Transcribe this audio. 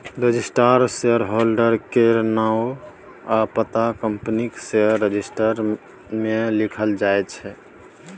registered shareholder केर नाओ आ पता कंपनीक शेयर रजिस्टर मे लिखल जाइ छै